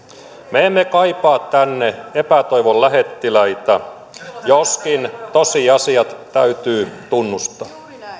me emme kaipaa tänne epätoivon lähettiläitä joskin tosiasiat täytyy tunnustaa